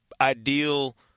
ideal